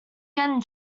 getting